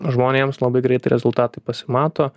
žmonėms labai greitai rezultatai pasimato